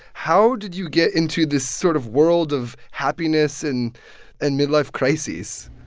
how did you get into this sort of world of happiness and and midlife crises?